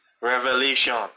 revelation